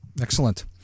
Excellent